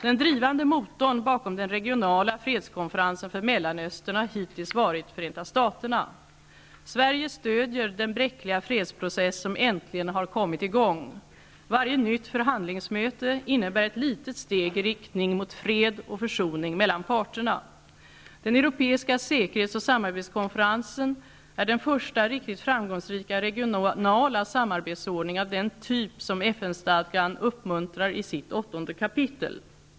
Den drivande motorn bakom den regionala fredskonferensen för Mellanöstern har hittills varit Förenta staterna. Sverige stödjer den bräckliga fredsprocess som äntligen har kommit i gång. Varje nytt förhandlingsmöte innebär ett litet steg i riktning mot fred och försoning mellan parterna. Den europeiska säkerhets och samarbetskonferensen är den första riktigt framgångsrika regionala samarbetsordning av den typ som FN-stadgan uppmuntrar i sitt åttonde kapitel.